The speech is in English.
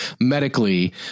medically